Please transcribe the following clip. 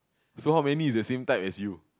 so how many is the same type as you